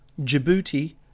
Djibouti